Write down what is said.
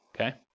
Okay